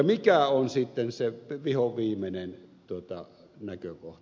mikä on sitten se vihoviimeinen näkökohta